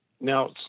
Now